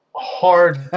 hard